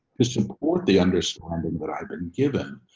to support the understanding that i've been given.